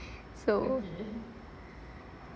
so